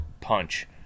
punch